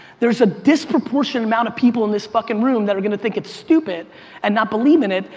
there's a disproportion amount of people in this fuckin' room that are gonna think it's stupid and not believe in it,